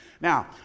Now